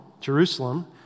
Jerusalem